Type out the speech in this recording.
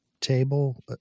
table